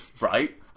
right